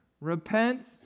repent